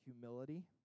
humility